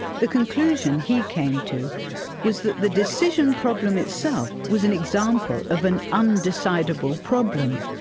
the conclusion he came to was that the decision problem itself was an example of an undecidable problem.